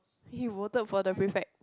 we voted for the prefect